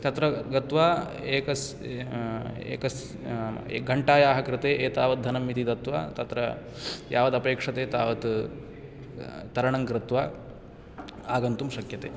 तत्र गत्वा एकस् एकस् एकघण्टायाः कृते एतावद्धनम् इति दत्वा तत्र यावदपेक्षते तावत् तरणं कृत्वा आगन्तुं शक्यते